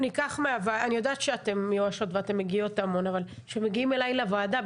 אני יודעת שאתן מיואשות ואתן מגיעות המון אבל כשמגיעים אלי לוועדה,